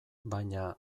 baina